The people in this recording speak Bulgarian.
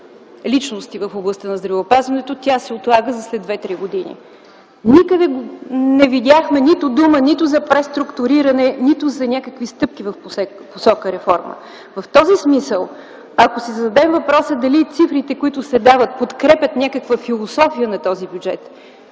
личности в областта на здравеопазването тя се отлага за след 2-3 години. Никъде не видяхме нито дума за преструктуриране, нито за някакви стъпки в посока реформа. В този смисъл, ако си зададем въпроса – дали цифрите, които се дават, подкрепят някаква философия на този бюджет,